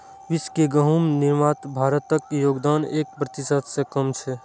विश्व के गहूम निर्यात मे भारतक योगदान एक प्रतिशत सं कम छै